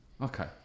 Okay